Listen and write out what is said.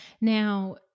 Now